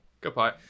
goodbye